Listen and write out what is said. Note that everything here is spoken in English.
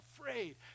afraid